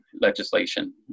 legislation